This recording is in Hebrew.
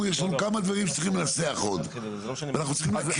יש לנו כמה דברים שאנחנו צריכים לנסח ואנחנו צריכים להקריא את זה.